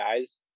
guys